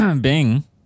bing